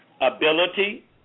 ability